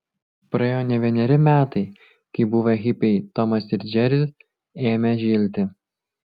praėjo ne vieneri metai kai buvę hipiai tomas ir džeri ėmė žilti